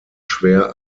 schwer